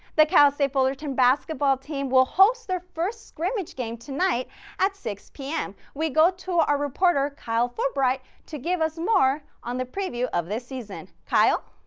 the cal state fullerton basketball team will host their first scrimmage game tonight at six p m. we go to our reporter kyle fulbright to give us more on the preview of this season, kyle?